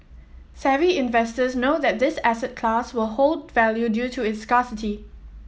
savvy investors know that this asset class will hold value due to its scarcity